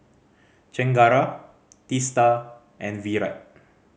Chengara Teesta and Virat